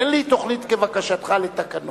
אין לי תוכנית כבקשתך לתקנון.